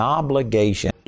obligation